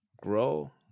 Grow